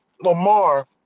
Lamar